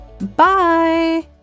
Bye